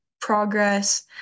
progress